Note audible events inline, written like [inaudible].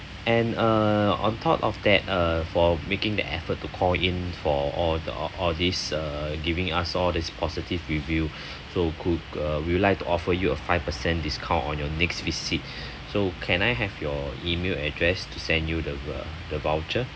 and uh on top of that uh for making the effort to call in for all the all these uh giving us all these positive review [breath] so could uh we would like to offer you a five per cent discount on your next visit [breath] so can I have your email address to send you the uh the voucher